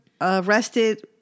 arrested